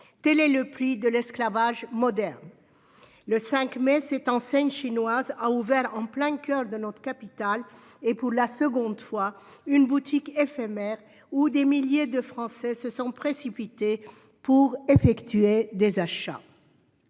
Tel est le prix de l'esclavage moderne. Le 5 mai, cette enseigne chinoise a ouvert en plein coeur de notre capitale, et pour la seconde fois, une boutique éphémère, où des milliers de Français se sont précipités pour effectuer des achats.